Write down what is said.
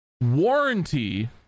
warranty